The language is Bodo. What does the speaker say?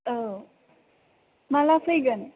औ माला फैगोन